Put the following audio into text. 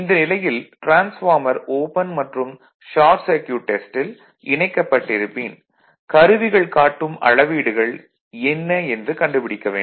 இந்த நிலையில் transformer open மற்றும் ஷார்ட் சர்க்யூட் டெஸ்ட்டில் இணைக்கப்பட்டிருப்பின் கருவிகள் காட்டும் அளவீடுகள் என்ன என்று கண்டுபிடிக்க வேண்டும்